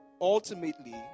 ultimately